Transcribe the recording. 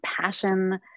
passion